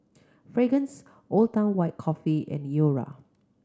Fragrance Old Town White Coffee and Iora